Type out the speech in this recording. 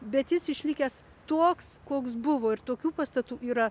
bet jis išlikęs toks koks buvo ir tokių pastatų yra